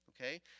Okay